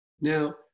Now